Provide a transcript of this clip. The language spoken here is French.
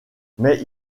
mais